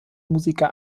musiker